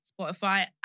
Spotify